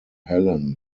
helen